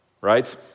right